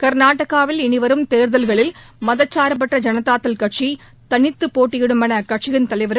கர்நாடகாவில் இனிவரும் தேர்தல்களில் மதச்சார்பற்ற ஜனதாதளகட்சிதளித்தப் போட்டியிடும் எனஅக்கட்சியின் தலைவரும்